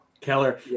Keller